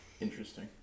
Interesting